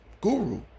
guru